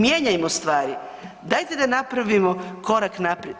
Mijenjajmo stvari dajte da napravimo korak naprijed.